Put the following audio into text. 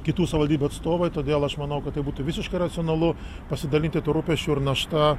kitų savivaldybių atstovai todėl aš manau kad tai būtų visiškai racionalu pasidalinti tuo rūpesčiu ir našta